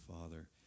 father